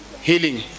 Healing